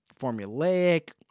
formulaic